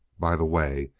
by the way,